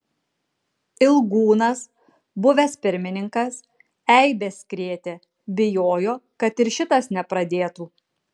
ilgūnas buvęs pirmininkas eibes krėtė bijojo kad ir šitas nepradėtų